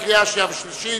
קריאה שנייה וקריאה שלישית.